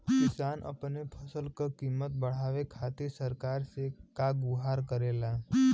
किसान अपने फसल क कीमत बढ़ावे खातिर सरकार से का गुहार करेला?